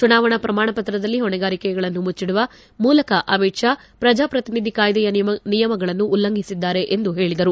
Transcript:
ಚುನಾವಣಾ ಪ್ರಮಾಣ ಪತ್ರದಲ್ಲಿ ಹೊಣೆಗಾರಿಕೆಗಳನ್ನು ಮುಚ್ಚಡುವ ಮೂಲಕ ಅಮಿತ್ ಷಾ ಪ್ರಜಾ ಪ್ರತಿನಿಧಿ ಕಾಯ್ದೆಯ ನಿಯಮಗಳನ್ನು ಉಲ್ಲಂಘಿಸಿದ್ದಾರೆ ಎಂದು ಹೇಳಿದರು